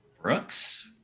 Brooks